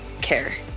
care